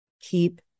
Keep